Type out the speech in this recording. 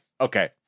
Okay